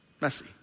messy